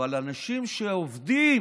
אבל אנשים שעובדים